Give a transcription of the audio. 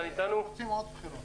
הם רוצים עוד בחירות.